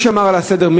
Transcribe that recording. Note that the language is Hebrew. מי שמר על הסדר?